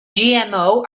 gmo